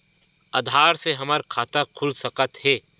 आधार से हमर खाता खुल सकत हे?